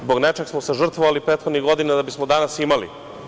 Zbog nečeg smo se žrtvovali prethodnih godina da bismo danas imali.